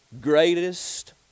greatest